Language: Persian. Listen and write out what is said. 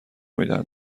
میدهند